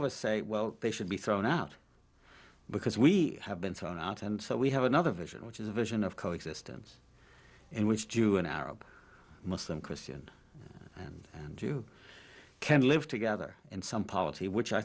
us say well they should be thrown out because we have been thrown out and so we have another vision which is a vision of coexistence in which jew an arab muslim christian and and you can live together in some polity which i